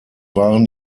waren